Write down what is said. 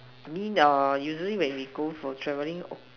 I mean err usually when we go from travelling oh